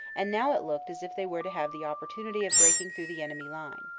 and now it looked as if they were to have the opportunity of breaking through the enemy line.